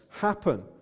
happen